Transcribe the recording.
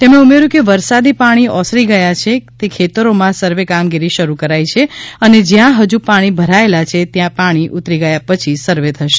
તેમણે ઉમેર્ટું કે વરસાદી પાણી ઓસરી ગયા છે તે ખેતરોમાં સર્વે કામગીરી શરૂ કરાઈ છે અને જ્યાં હજુ પાણી ભરાચેલા છે ત્યાં પાણી ઉતરી ગયા પછી સર્વે થશે